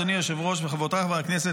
אדוני היושב-ראש וחבריי חברי הכנסת,